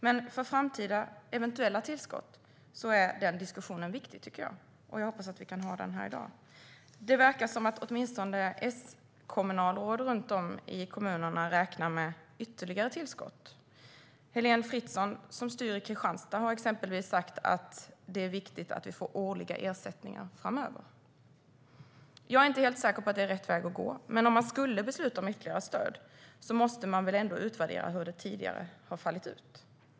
Men för framtida eventuella tillskott är den diskussionen viktig, tycker jag, och jag hoppas att vi kan föra den här i dag. Det verkar som att åtminstone S-kommunalråd runt om i kommunerna räknar med ytterligare tillskott. Heléne Fritzon, som styr i Kristianstad, har exempelvis sagt att det är viktigt med årliga ersättningar framöver. Jag är inte helt säker på att det är rätt väg att gå, men om man skulle besluta om ytterligare stöd måste man väl ändå utvärdera hur det tidigare fallit ut?